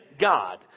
God